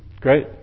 Great